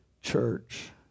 church